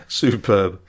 superb